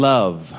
Love